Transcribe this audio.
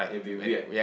it'll be weird